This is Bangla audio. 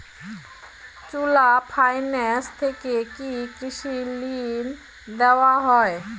চোলা ফাইন্যান্স থেকে কি কৃষি ঋণ দেওয়া হয়?